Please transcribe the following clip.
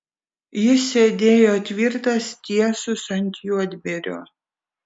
jis sėdėjo tvirtas tiesus ant juodbėrio